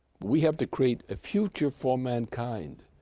we have to create a future for mankind.